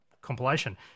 compilation